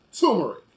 turmeric